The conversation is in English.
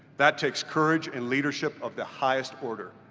that takes courage and leadership of the highest order.